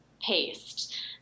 paste